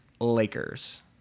lakers